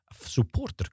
supporter